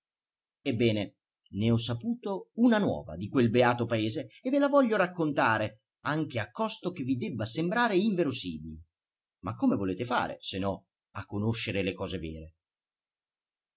ebbene ne ho saputo una nuova di quel beato paese e ve la voglio raccontare anche a costo che vi debba sembrare inverosimile ma come volete fare se no a conoscere le cose vere